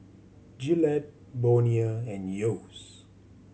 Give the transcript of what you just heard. Gillette Bonia and Yeo's